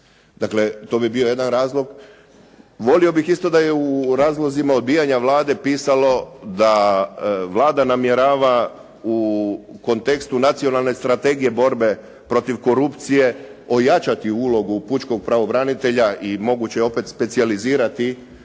Dakle, to bi bio jedan razlog. Volio bih isto da je u razlozima odbijanja Vlade pisalo da Vlada namjerava u kontekstu Nacionalne strategije borbe protiv korupcije ojačati ulogu pučkog pravobranitelja i moguće opet specijalizirati